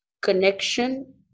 connection